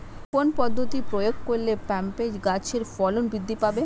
কোন পদ্ধতি প্রয়োগ করলে পেঁপে গাছের ফলন বৃদ্ধি পাবে?